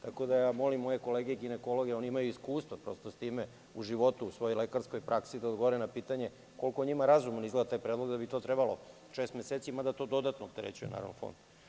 Tako da molim moje kolege ginekologe, oni imaju iskustva sa time u životu, u svojoj lekarskoj praksi, da odgovore na pitanje koliko njima razumno izgleda taj predlog i da bi trebalo to šest meseci, mada to dodatno opterećuje fond.